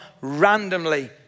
randomly